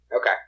Okay